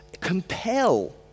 compel